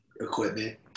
equipment